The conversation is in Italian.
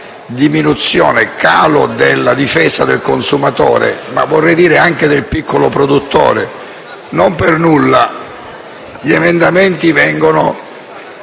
diminuzione della difesa del consumatore, ma vorrei dire anche del piccolo produttore. Non per nulla, gli emendamenti vengono